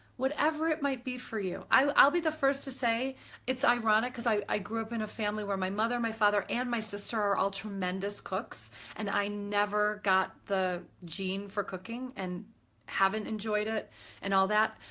whatever it might be for you. i'll be the first to say it's ironic because i i grew up in a family where my mother, my father and my sister are all tremendous cooks and i never got the gene for cooking and haven't enjoyed it and all that.